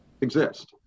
exist